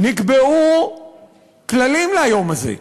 נקבעו כללים ליום הזה,